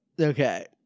Okay